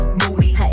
moody